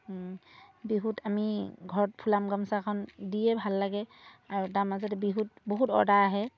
বিহুত আমি ঘৰত ফুলাম গামোচাখন দিয়ে ভাল লাগে আৰু তাৰ মাজতে বিহুত বহুত অৰ্দাৰ আহে